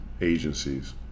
agencies